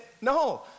No